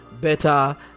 better